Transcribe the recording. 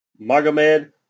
Magomed